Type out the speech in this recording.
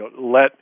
let